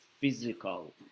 physical